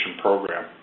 program